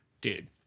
Dude